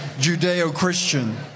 Judeo-Christian